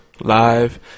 live